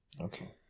Okay